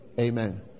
Amen